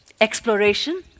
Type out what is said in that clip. exploration